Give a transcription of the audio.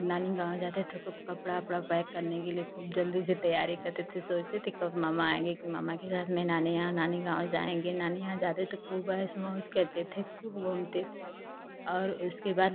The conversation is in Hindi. नानी गाँव जाते थे खूब कपड़ा वपड़ा पैक करने के लिए खूब जल्दी से तैयारी करते थे सोचते थे कब मामा आएँगे कि मामा के साथ मैं नानी यहाँ नानी गाँव जाएँगे नानी यहाँ जाते थे खूब ऐश मौज़ करते थे खूब घूमते थे और उसके बाद